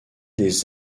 des